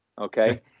Okay